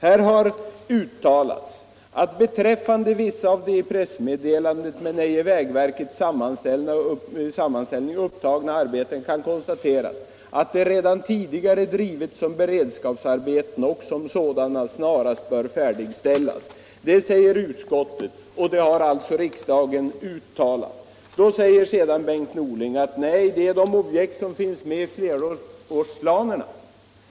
24 maj 1976 Beträffande vissa av de i pressmeddelandet men ej i vägverkets sammanställning upptagna arbetena kan konstateras, säger utskottet, att de Om medel till redan tidigare drivits som beredskapsarbeten och som sådana snarast = fortsatt upprustning bör färdigställas. Det uttalandet har riksdagen alltså godtagit, men då av väg 989 säger Bengt Norling att det är de objekt som finns i flerårsplanerna som skall komma till utförande.